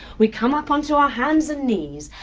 we come up onto our hands and knees,